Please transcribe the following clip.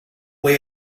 way